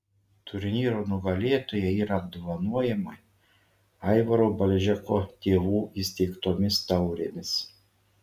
turnyro nugalėtojai yra apdovanojami aivaro balžeko tėvų įsteigtomis taurėmis